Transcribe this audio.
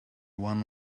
one